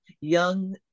young